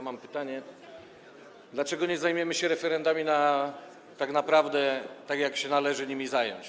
Mam pytanie: Dlaczego nie zajmiemy się referendami tak naprawdę, tak jak się należy nimi zająć?